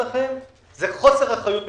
זה חוסר אחריות מבחינתכם.